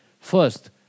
First